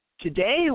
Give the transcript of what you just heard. Today